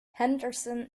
henderson